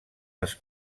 les